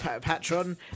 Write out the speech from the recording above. patron